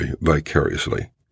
vicariously